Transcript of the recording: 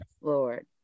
lord